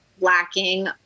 lacking